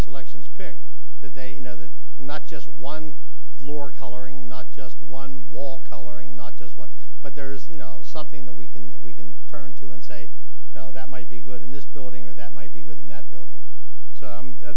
selection is picked that day you know that and not just one floor coloring not just one wall coloring not just what but there is you know something that we can we can turn to and say now that might be good in this building or that might be good in that building so